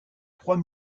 trois